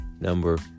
number